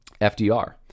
FDR